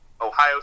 Ohio